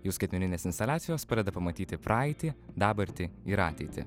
jų skaitmeninės instaliacijos padeda pamatyti praeitį dabartį ir ateitį